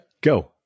go